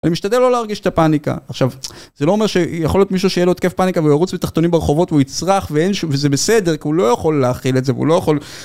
אני משתדל לא להרגיש את הפאניקה, עכשיו, זה לא אומר שיכול להיות מישהו שיהיה לו תקף פאניקה והוא ירוץ מתחתונים ברחובות והוא יצרח ואין שום, וזה בסדר כי הוא לא יכול להכיל את זה והוא לא יכול